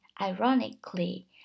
ironically